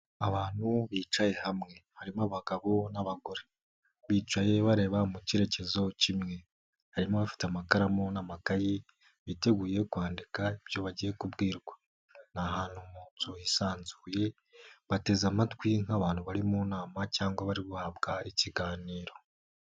Abantu bicaye hamwe harimo abagabo n'abagore bicaye bareba mu cyerekezo kimwe. harimo abafite amakaramu n'amagakayi biteguye kwandika ibyo bagiye kubwirwa. Ni ahantu mu inzu hisanzuye bateze amatwi nk'abantu bari mu nama cyangwa bari guhabwa ikiganiro.